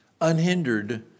unhindered